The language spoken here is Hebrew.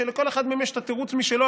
שלכל אחד מהם יש את התירוץ משלו,